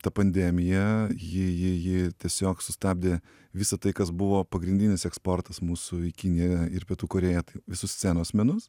ta pandemija ji ji ji tiesiog sustabdė visa tai kas buvo pagrindinis eksportas mūsų į kiniją ir pietų korėją visus scenos menus